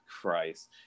Christ